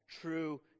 true